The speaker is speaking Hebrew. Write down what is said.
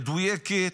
מדויקת.